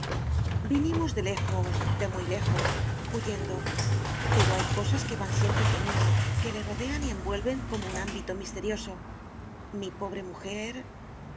vinimos de lejos de muy lejos huyendo pero hay cosas que van siempre con uno que le rodean y envuelven como un ámbito misterioso mi pobre mujer